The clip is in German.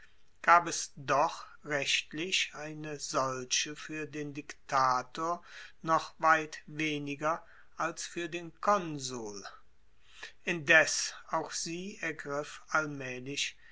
gab es doch rechtlich eine solche fuer den diktator noch weit weniger als fuer den konsul indes auch sie ergriff allmaehlich